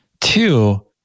Two